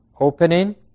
opening